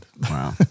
Wow